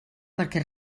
perquè